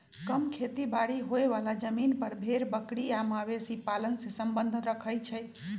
कम खेती बारी होय बला जमिन पर भेड़ बकरी आ मवेशी पालन से सम्बन्ध रखई छइ